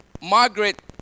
Margaret